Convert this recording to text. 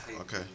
Okay